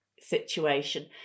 situation